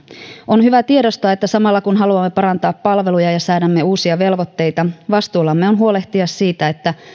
on hyvä tiedostaa että samalla kun haluamme parantaa palveluja ja säädämme uusia velvoitteita vastuullamme on huolehtia siitä että